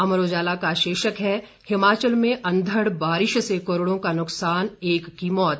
अमर उजाला का शीर्षक है हिमाचल में अंधड़ बारिश से करोड़ों का नुकसान एक की मौत